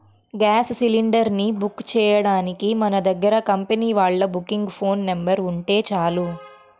gas cylinder ని book చెయ్యడానికి మన దగ్గర కంపెనీ వాళ్ళ బుకింగ్ ఫోన్ నెంబర్ ఉంటే చాలు